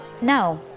No